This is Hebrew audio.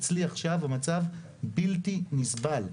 אצלי עכשיו המצב בלתי נסבל.